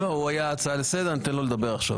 הוא היה הצעה לסדר, אני אתן לו לדבר עכשיו,